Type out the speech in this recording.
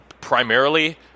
primarily